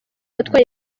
atwaye